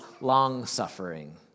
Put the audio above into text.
long-suffering